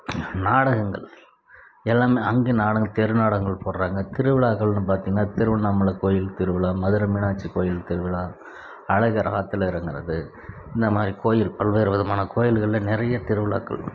நாடகங்கள் எல்லாமே அங்கே நாடகம் தெரு நாடகங்கள் போடுகிறாங்க திருவிழாக்கள்னு பார்த்தீங்கன்னா திருவண்ணாமலை கோயில் திருவிழா மதுரை மீனாட்சி கோயில் திருவிழா அழகர் ஆற்றுல இறங்கறது இந்த மாதிரி கோயில் பல்வேறு விதமான கோயில்களில் நிறைய திருவிழாக்கள்